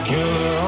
Killer